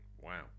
wow